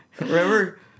Remember